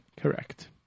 Correct